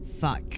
fuck